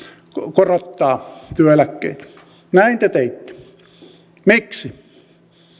korottaa työeläkkeitä näin te teitte miksi